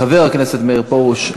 חבר הכנסת מאיר פרוש,